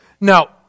Now